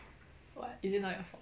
what is it not your fault